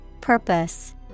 Purpose